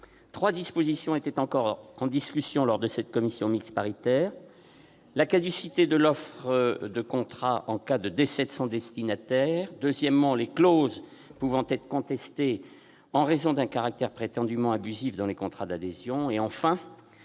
Trois dispositions étaient encore en discussion lors de cette commission mixte paritaire : la caducité de l'offre de contrat en cas de décès de son destinataire ; les clauses pouvant être contestées en raison d'un caractère prétendument abusif dans les contrats d'adhésion ; enfin,